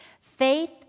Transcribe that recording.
Faith